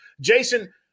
jason